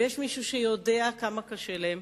ויש מישהו שיודע כמה קשה להם,